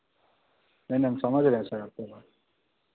नहीं नहीं हम समझ रहें सर आपकी बात